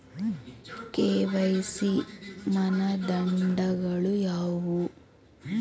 KYC ಮಾನದಂಡಗಳು ಯಾವುವು?